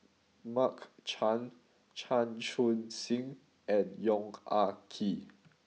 Mark Chan Chan Chun Sing and Yong Ah Kee